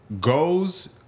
goes